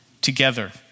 together